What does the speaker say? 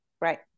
right